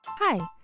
Hi